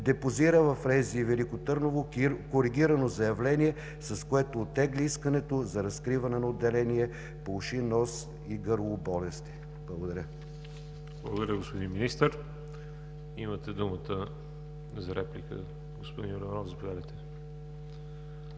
депозира в РЗИ – Велико Търново, коригирано заявление, с което оттегли искането за разкриване на отделение по уши, нос и гърло болести. Благодаря. ПРЕДСЕДАТЕЛ ВАЛЕРИ ЖАБЛЯНОВ: Благодаря, господин Министър. Имате думата за реплика. Господин Йорданов – заповядайте.